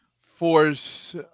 force